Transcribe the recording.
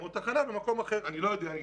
אין לי ספק שאם היו מגיעים למקומות האלה הייתה